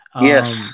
Yes